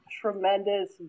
tremendous